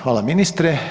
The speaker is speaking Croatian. Hvala ministre.